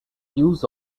use